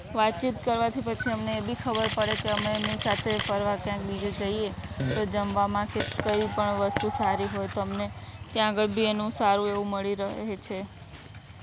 વાતચીત કરવાથી પછી અમને બી ખબર પડે કે અમે એમની સાથે ફરવા ક્યાંક બીજે જઈએ તો જમવામાં કંઈ પણ વસ્તુ સારી હોય તો અમને ત્યાં આગળ બી એનું સારું એવું મળી રહે છે